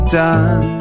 done